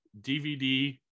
DVD